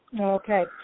Okay